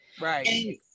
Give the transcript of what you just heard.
Right